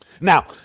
Now